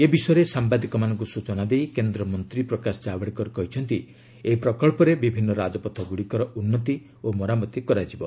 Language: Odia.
ଏ ବିଷୟରେ ସାମ୍ବାଦିକମାନଙ୍କୁ ସୂଚନା ଦେଇ କେନ୍ଦ୍ର ମନ୍ତ୍ରୀ ପ୍ରକାଶ ଜାଭଡେକର କହିଛନ୍ତି ଏହି ପ୍ରକଳ୍ପରେ ବିଭିନ୍ନ ରାଜପଥଗୁଡ଼ିକର ଉନ୍ନତି ଓ ମରାମତି କରାଯିବ